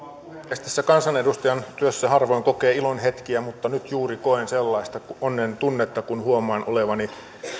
puhemies tässä kansanedustajan työssä harvoin kokee ilon hetkiä mutta nyt juuri koen sellaista onnen tunnetta kun huomaan